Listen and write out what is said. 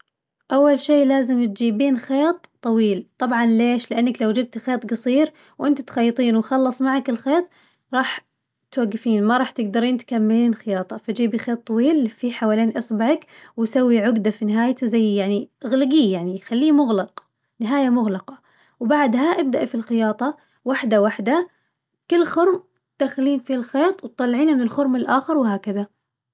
أول شي لازم تجيبين خيط طويل طبعاً ليش؟ لأنك لو جبتي خيط قصير وأنتي تخيطين وخلص معك الخيط راح توقفين ما راح تقدرين تكملين خياطة، فجيبي خيط طويل لفيه حوالين إصبعك وسوي عقدة في نهايته زي يعني أغلقيه يعني، خليه مغلق، نهاية مغلقة وبعدها ابدأي في الخياطة وحدة وحدة كل خرم تدخلين فيه الخيط وتطلعينه من الخرم الآخر وهكذا.